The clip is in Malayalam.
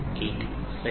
01 0